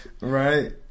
Right